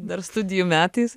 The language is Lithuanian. dar studijų metais